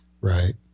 Right